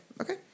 okay